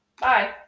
bye